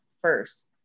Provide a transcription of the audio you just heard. first